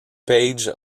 paige